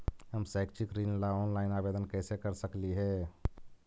हम शैक्षिक ऋण ला ऑनलाइन आवेदन कैसे कर सकली हे?